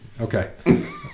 Okay